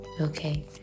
Okay